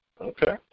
Okay